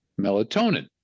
melatonin